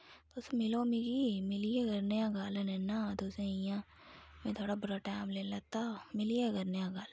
तुस मिलो मिगी मिलियै करने आं गल्ल नीं ना तुसें इ'यां में थोआढ़ा बड़ा टैम लेई लैत्ता मिलियै करने आं गल्ल